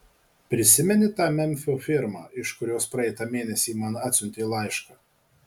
prisimeni tą memfio firmą iš kurios praeitą mėnesį man atsiuntė laišką